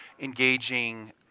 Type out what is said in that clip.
engaging